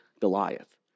Goliath